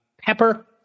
Pepper